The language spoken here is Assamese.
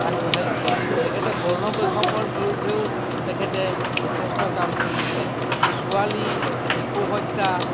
আগবঢ়াইছিলে তেখেতে বৰ্ণ বৈষম্যৰ বিৰুদ্ধেও তেখেতে যথেষ্ট কাম কৰিছিলে ছোৱালী শিশু হত্যা